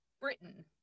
Britain